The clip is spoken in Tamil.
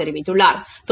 தெரிவித்துள்ளாா்